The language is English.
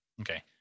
Okay